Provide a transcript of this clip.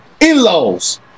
in-laws